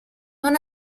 non